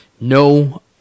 no